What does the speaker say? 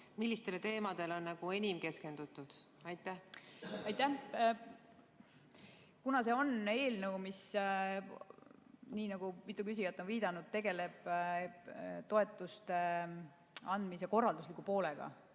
Millistele teemadele on enim keskendutud? Aitäh! Kuna see on eelnõu, mis, nii nagu mitu küsijat on viidanud, tegeleb toetuste andmise korraldusliku poolega,